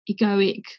egoic